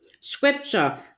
Scripture